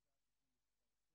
נתחיל